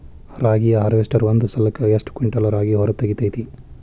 ರಾಗಿಯ ಹಾರ್ವೇಸ್ಟರ್ ಒಂದ್ ಸಲಕ್ಕ ಎಷ್ಟ್ ಕ್ವಿಂಟಾಲ್ ರಾಗಿ ಹೊರ ತೆಗಿತೈತಿ?